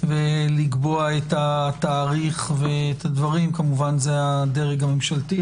ולקבוע את התאריך והדברים זה הדרג הממשלתי,